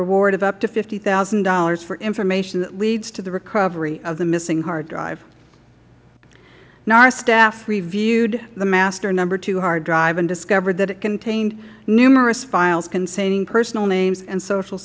reward of up to fifty thousand dollars for information that leads to the recovery of the missing hard drive nara staff reviewed the master no two hard drive and discovered that it contained numerous files containing personal names and social